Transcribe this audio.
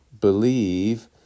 believe